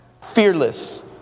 fearless